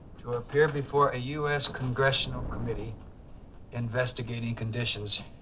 to appear before a u s. congressional. committee investigating conditions.